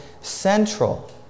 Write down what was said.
central